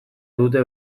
dute